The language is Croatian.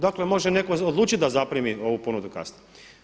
Dakle može netko odlučiti da zaprimi ovu ponudu kasnije.